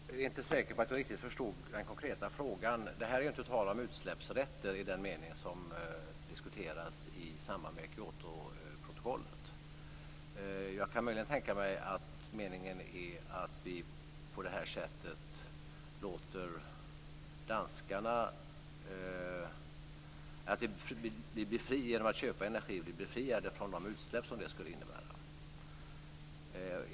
Fru talman! Jag är inte riktigt säker på att jag förstod den konkreta frågan. Det är inte tal om utsläppsrätter i den mening som diskuteras i samband med Kyotoprotokollet. Jag kan möjligen tänka mig att meningen är att vi genom att köpa energi blir befriade från de utsläpp som det skulle innebära.